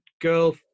girl